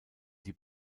die